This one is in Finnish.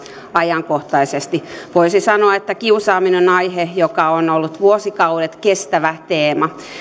ajankohtaisesti voisi sanoa että kiusaaminen on aihe joka on ollut vuosikaudet kestävä teema